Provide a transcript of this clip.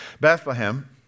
Bethlehem